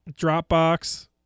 Dropbox